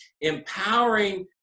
Empowering